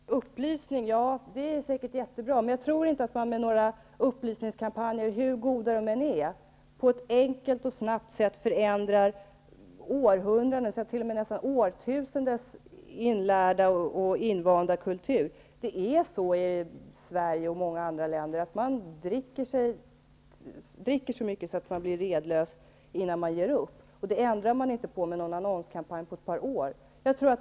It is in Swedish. Fru talman! Upplysning är säkert jättebra. Men jag tror inte att man med några upplysningskampanjer, hur goda de än är, på ett enkelt och snabbt sätt förändrar århundradens, ja nästan årtusendens inlärda och invanda kultur. I Sverige och i många andra länder är det så att man dricker så mycket att man blir redlös innan man ger upp. Det kan vi inte ändra på med någon annonskampanj på ett par år.